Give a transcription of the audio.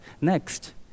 next